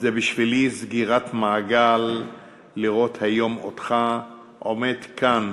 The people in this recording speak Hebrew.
זה בשבילי סגירת מעגל לראות היום אותך עומד כאן